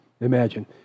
imagine